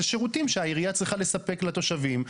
זה שירותים שהעירייה צריכה לספק לתושבים.